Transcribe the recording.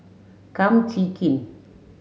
Kum Chee Kin